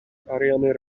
ariane